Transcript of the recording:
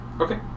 Okay